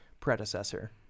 predecessor